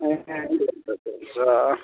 ए